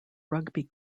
rugby